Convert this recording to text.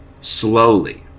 Slowly